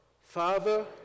Father